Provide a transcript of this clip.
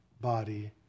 body